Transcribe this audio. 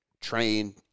train